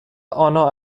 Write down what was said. آنا